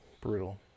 brutal